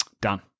Done